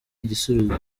igisubizo